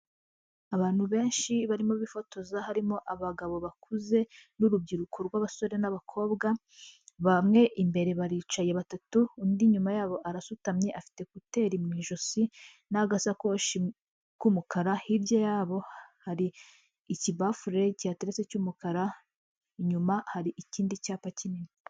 Abantu benshi barimo bifotoza harimo abagabo bakuze n'urubyiruko rw'abasore n'abakobwa, bamwe imbere baricaye batatu, undi inyuma yabo arasutamye afite ekuteri mu ijosi n'agasakoshi k'umukara, hirya yabo hari ikibafure kihateretse cy'umukara, inyuma hari ikindi cyapa kinini.